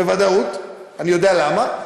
ואני יודע למה,